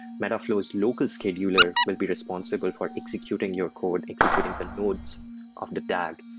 metaflow's local scheduler will be responsible for executing your code, executing the nodes of the dag,